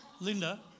Linda